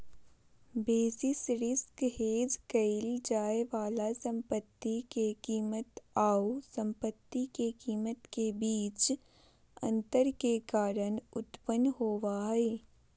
basis risk hedge क़इल जाय वाला संपत्ति के कीमत आऊ संपत्ति के कीमत के बीच अंतर के कारण उत्पन्न होबा हइ